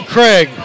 Craig